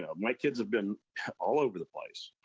yeah my kids have been all over the place,